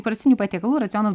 įprastinių patiekalų racionas